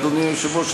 אדוני היושב-ראש,